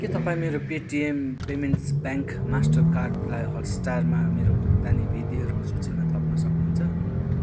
के तपाईँ मेरो पेटीएम पेमेन्ट्स ब्याङ्क मास्टरकार्डलाई हटस्टारमा मेरो भुक्तानी विधिहरूको सूचीमा थप्न सक्नुहुन्छ